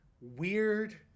weird